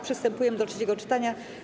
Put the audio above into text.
Przystępujemy do trzeciego czytania.